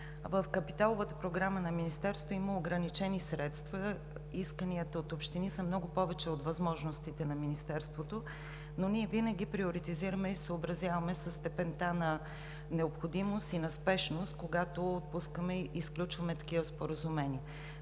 В капиталовата програма на Министерството има ограничени средства. Исканията от общини са много повече от възможностите на Министерството, но ние винаги приоритизираме и съобразяваме със степента на необходимост и на спешност, когато отпускаме и сключваме такива споразумения.